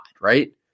right